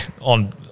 on